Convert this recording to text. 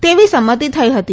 તેવી સંમતિ થઈ હતી